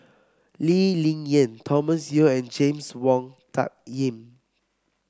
Lee Ling Yen Thomas Yeo and James Wong Tuck Yim